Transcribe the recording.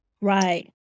Right